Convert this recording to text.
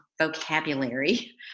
vocabulary